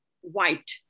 white